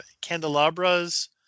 candelabras